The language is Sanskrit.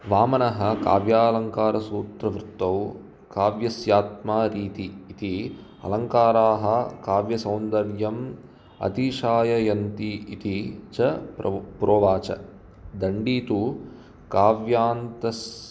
वामनः काव्यालङ्कारसूत्रवृत्तौ काव्यस्य आत्मा रीति इति अलङ्काराः काव्यसौन्दर्यम् अतिशाययन्ति इति च प्रो प्रोवाच दण्डी तु काव्यान्तस्